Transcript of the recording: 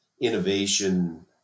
innovation